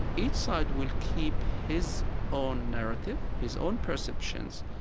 each side will keep his own narrative, his own perceptions,